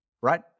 Right